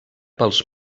pels